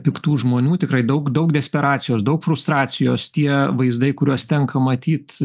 piktų žmonių tikrai daug daug desperacijos daug frustracijos tie vaizdai kuriuos tenka matyt